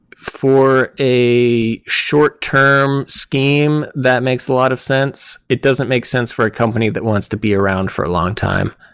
for a short-term scheme, that makes a lot of sense. it doesn't make sense for a company that wants to be around for a long time,